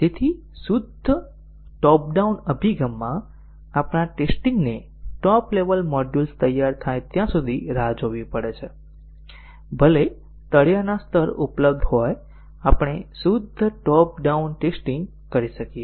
શુદ્ધ top down અભિગમમાં આપણા ટેસ્ટીંગ ને ટોપ લેવલ મોડ્યુલ્સ તૈયાર થાય ત્યાં સુધી રાહ જોવી પડે છે ભલે તળિયાના સ્તર ઉપલબ્ધ હોય આપણે શુદ્ધ ટોપ ડાઉન ટેસ્ટીંગ કરી શકીએ છીએ